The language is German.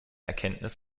erkenntnis